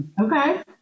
Okay